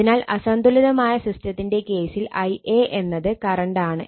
അതിനാൽ അസന്തുലിതമായ സിസ്റ്റത്തിന്റെ കേസിൽ Ia എന്നത് കറണ്ട് ആണ്